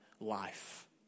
Life